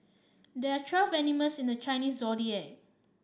there are twelve animals in the Chinese Zodiac